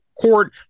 court